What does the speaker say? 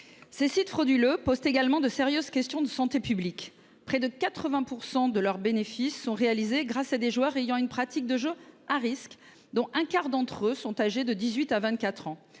Ces sites frauduleux posent également de sérieux problèmes en termes de santé publique : près de 80 % de leurs bénéfices sont réalisés grâce à des joueurs ayant une pratique de jeu à risque ; un quart d’entre eux sont âgés de 18 à 24 ans.